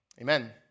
Amen